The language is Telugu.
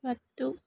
వద్దు